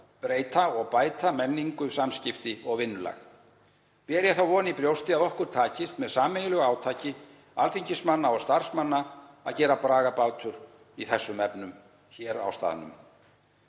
breyta og bæta menningu, samskipti og vinnulag. Ber ég þá von í brjósti að okkur takist með sameiginlegu átaki alþingismanna og starfsmanna að gera bragarbætur í þeim efnum hér á staðnum.